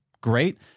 great